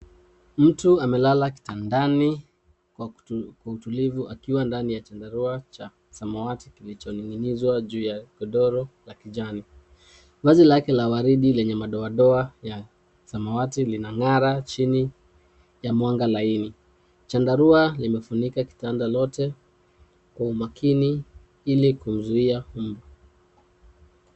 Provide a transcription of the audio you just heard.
Mtu amelala kitandani kwa utulivu akiwa ndani chandarua cha samawati kilichoning'inizwa juu ya godoro la kijani. Vazi lake la waridi lenye madoadoa ya samawati linang'ara chini ya mwanga laini. Chandarua limefunika kitanda lote kwa umakini ili kumzuia mbu.